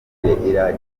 irakira